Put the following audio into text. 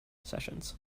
sessions